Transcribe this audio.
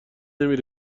نمی